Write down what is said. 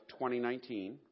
2019